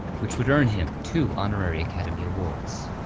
which would earn him two honorary academy awards.